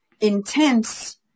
intense